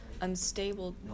unstable